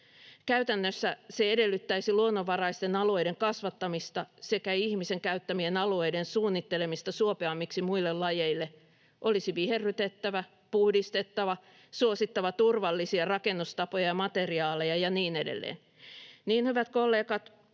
Käytännössä se edellyttäisi luonnonvaraisten alueiden kasvattamista sekä ihmisen käyttämien alueiden suunnittelemista suopeammiksi muille lajeille. Olisi viherrytettävä, puhdistettava, suosittava turvallisia rakennustapoja ja materiaaleja ja niin edelleen. Niin, hyvät kollegat,